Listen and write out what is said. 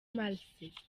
mars